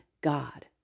God